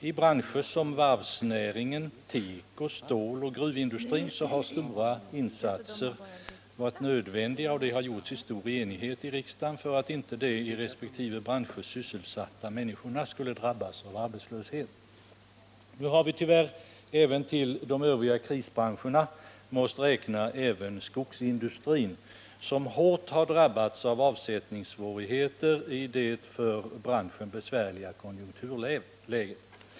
I branscher som varvsnäringen, teko-, ståloch gruvindustrin har stora insatser varit nödvändiga, och de har gjorts i stor enighet i riksdagen för att inte de i resp. branscher sysselsatta människorna skulle drabbas av arbetslöshet. Nu har vi tyvärr till de övriga krisbranscherna måst räkna även skogsindustrin, som hårt har drabbats av avsättningssvårigheter i det för branschen besvärliga konjunkturläget.